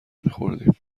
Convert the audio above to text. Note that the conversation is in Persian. میخوردیم